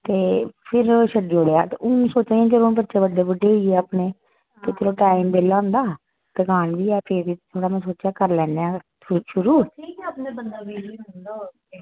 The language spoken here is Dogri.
ते फिर छड्डी ओड़ेआ ते हू'न सोच्चा नी चलो बच्चे बड्डे बड्डे होइये अपने ते चलो टाइम बेल्ला होंदा दुकान बी ऐ पेदी थोह्ड़ा मैं सोचेआ कर लैन्ने आं शुरू